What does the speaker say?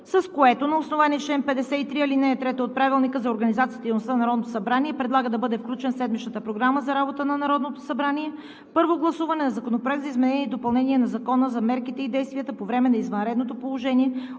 с което на основание чл. 53, ал. 3 от Правилника за организацията и дейността на Народното събрание предлага да бъде включено в седмичната Програма за работата на Народното събрание – Първо гласуване на Законопроект за изменение и допълнение на Закона за мерките и действията по време на извънредното положение,